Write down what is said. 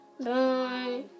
Bye